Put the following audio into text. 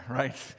right